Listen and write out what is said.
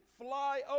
fly